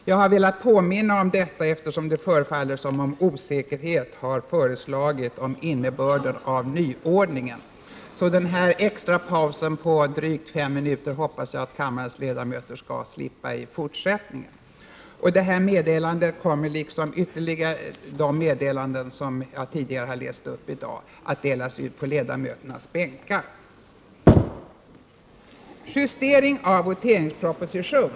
Jag har velat påminna om detta eftersom det förefaller som om osäkerhet har förelegat om innebörden av nyordningen.